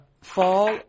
fall